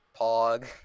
Pog